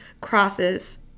Crosses